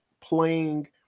playing